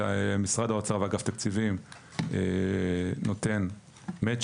ומשרד האוצר ואגף תקציבים נותן matching